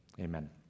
Amen